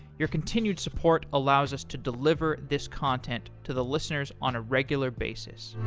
your continued support allows us to deliver this content to the listeners on a regular basis